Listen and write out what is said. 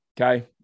okay